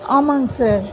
ஆமாங்க சார்